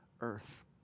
earth